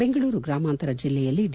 ಬೆಂಗಳೂರು ಗ್ರಾಮಾಂತರ ಜಲ್ಲೆಯಲ್ಲಿ ಡಿ